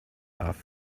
off